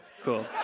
Cool